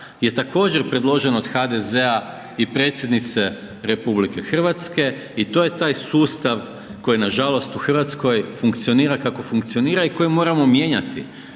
je također predložen od HDZ-a i predsjednice RH i to je taj sustav koji nažalost u Hrvatskoj funkcionira kako funkcionira i koji moramo mijenjati